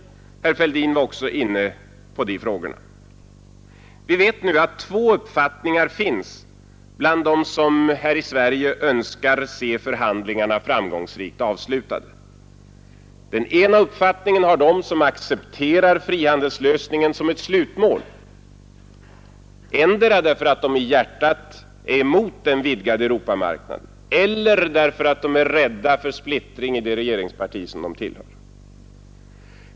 Herr Fälldin var också inne på de frågorna. Vi vet nu att två uppfattningar finns bland dem som här i Sverige önskar se förhandlingarna framgångsrikt avslutade. Den ena uppfattningen har de som accepterar frihandelslösningen som ett slutmål, endera därför att de i hjärtat är emot den vidgade Europamarknaden eller därför att de är rädda för splittring i det regeringsparti som de tillhör.